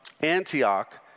Antioch